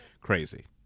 crazy